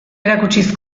erakutsiz